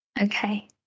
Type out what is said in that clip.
okay